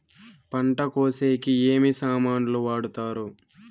పంట కోసేకి ఏమి సామాన్లు వాడుతారు?